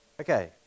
Okay